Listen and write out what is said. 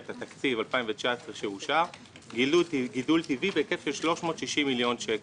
תקציב 2019 שאושר גידול טבעי בהיקף של 360 מיליון שקל.